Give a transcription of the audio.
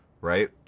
right